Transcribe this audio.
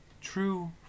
true